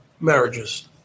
marriages